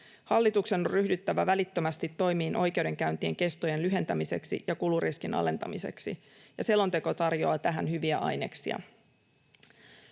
Hallituksen on ryhdyttävä välittömästi toimiin oikeudenkäyntien kestojen lyhentämiseksi ja kuluriskin alentamiseksi, ja selonteko tarjoaa tähän hyviä aineksia.